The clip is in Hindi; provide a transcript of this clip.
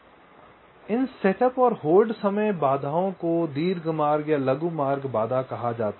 सन्दर्भ स्लाइड समय 2052 इसीलिए इन सेटअप और होल्ड समय बाधाओं को दीर्घ मार्ग और लघु मार्ग बाधा कहा जाता है